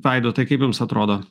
vaidotai kaip jums atrodo